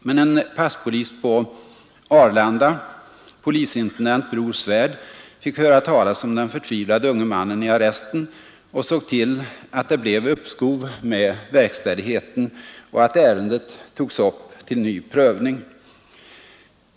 Men en passpolis på Arlanda, polisintendent Bror Svärd, fick höra talas om den förtvivlade unge mannen i arresten och såg till att det blev uppskov med verkställigheten och att ärendet togs upp till ny prövning.